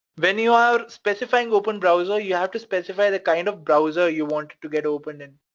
when you are specifying open browser, you have to specify the kind of browser you want to get opened in.